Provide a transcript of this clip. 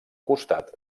costat